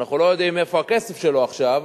ואנחנו לא יודעים איפה הכסף שלו עכשיו,